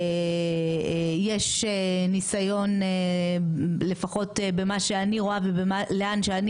יש ניסיון לפחות במה שאני רואה ולאן שאני